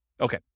Okay